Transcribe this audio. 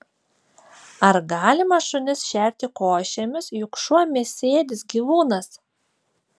ar galima šunis šerti košėmis juk šuo mėsėdis gyvūnas